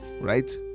Right